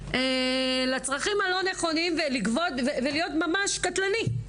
אנשים לצרכים הלא נכונים ולהיות ממש קטלני.